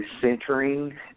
centering